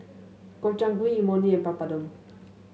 Gobchang Gui Imoni and Papadum